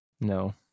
No